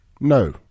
No